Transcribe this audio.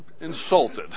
insulted